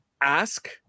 ask